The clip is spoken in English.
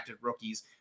rookies